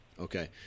Okay